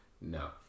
no